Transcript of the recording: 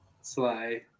Sly